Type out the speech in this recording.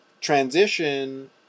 transition